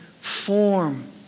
form